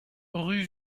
rue